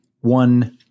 one